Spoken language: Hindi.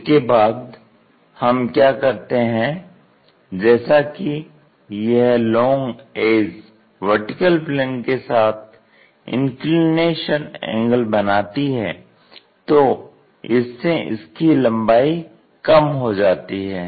इसके बाद हम क्या करते हैं जैसा कि यह लोंग एज वर्टिकल प्लेन के साथ इंक्लिनेशन एंगल बनाती है तो इससे इसकी लंबाई कम हो जाती है